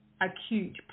acute